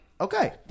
Okay